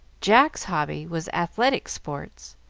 jack's hobby was athletic sports,